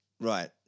Right